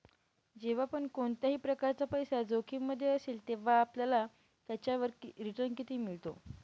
जेव्हा पण कोणत्याही प्रकारचा पैसा जोखिम मध्ये असेल, तेव्हा आपल्याला त्याच्यावर रिटन किती मिळतो?